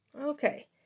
Okay